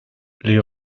les